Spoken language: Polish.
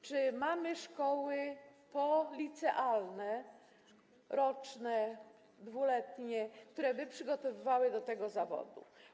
Czy mamy szkoły policealne roczne, dwuletnie, które by przygotowywały do tego zawodu?